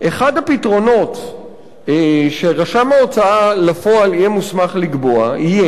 אחד הפתרונות שרשם ההוצאה לפועל יהיה מוסמך לקבוע יהיה,